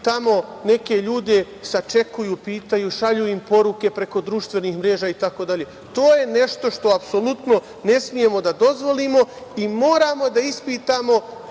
tamo neke ljude sačekuju, pitaju, šalju im poruke preko društvenih mreža itd. To je nešto što apsolutno ne smemo da dozvolimo i moramo da ispitamo